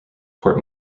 port